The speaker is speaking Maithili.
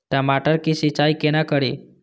टमाटर की सीचाई केना करी?